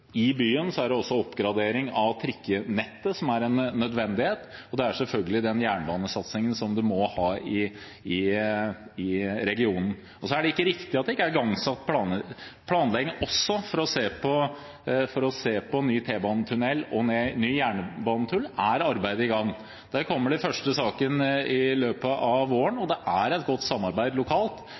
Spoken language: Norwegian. I byen er det oppgradering av trikkenettet som er en nødvendighet, og selvfølgelig den jernbanesatsingen som man må ha i regionen. Det er ikke riktig at det ikke er igangsatt planer. Når det gjelder planlegging for å se på ny banetunnel og ny jernbanetunnel, er arbeidet i gang. Der kommer den første saken i løpet av våren. Det er et godt samarbeid lokalt